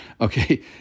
okay